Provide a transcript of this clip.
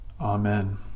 Amen